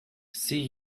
see